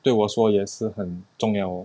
对我说也是很重要 lor